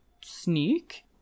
sneak